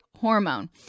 Hormone